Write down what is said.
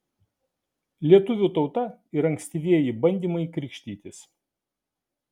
lietuvių tauta ir ankstyvieji bandymai krikštytis